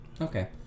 Okay